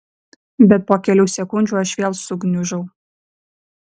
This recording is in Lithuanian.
bet po kelių sekundžių aš vėl sugniužau